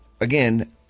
again